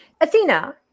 Athena